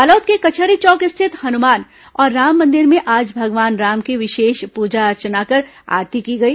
बालोद के कचहरी चौक स्थित हनुमान और राम मंदिर में आज भगवान राम की विशेष पूजा अर्चना कर आरती की गई